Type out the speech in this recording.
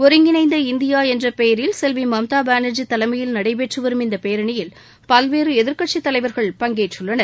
ஒருங்கிணைந்த இந்தியா என்ற பெயரில் செல்வி மம்தா பானர்ஜி தலைமையில் நடைபெற்று வரும் இந்த பேரணி பல்வேறு எதிர்கட்சி தலைவர்கள் பங்கேற்றுள்ளனர்